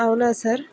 అవునా సార్